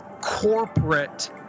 corporate